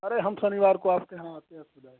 अरे हम शनिवार को आपके यहाँ आते हैं